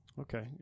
Okay